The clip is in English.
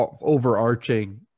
overarching